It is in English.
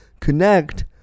connect